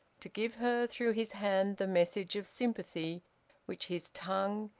to give her through his hand the message of sympathy which his tongue,